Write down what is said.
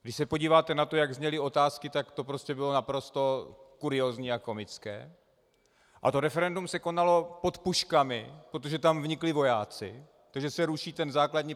Když se podíváte na to, jak zněly otázky, tak to prostě bylo naprosto kuriózní a komické, a to referendum se konalo pod puškami, protože tam vnikli vojáci, takže se ruší ten základní princip...